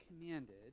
commanded